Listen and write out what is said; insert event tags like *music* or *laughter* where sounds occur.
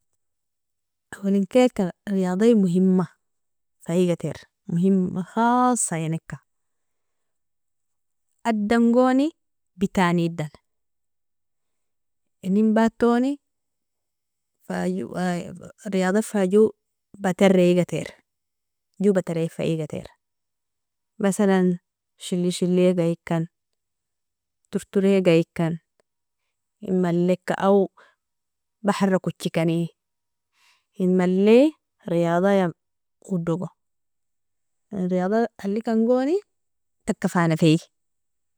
Awalinkeka riyadayi mohima, faigatir mohima khasaineka, adangoni bitanidani eninbatoni *hesitation* riyada fa jo batari igatir jo batarri faigatir, mesalan shili shiliga ikan, tortoregaikan inmaleka awo bahara kotchikani inmale riyadya *hesitation* udogo, riyadha alikangoni taka fa nefiei.